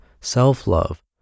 self-love